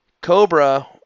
Cobra